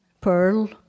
pearl